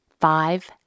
Five